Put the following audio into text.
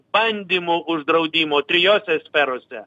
bandymų uždraudimų trijose sferose